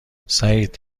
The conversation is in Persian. سعید